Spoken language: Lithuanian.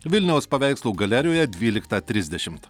vilniaus paveikslų galerijoje dvyliktą trisdešimt